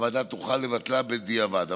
הוועדה תוכל לבטלה בדיעבד.